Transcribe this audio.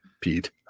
pete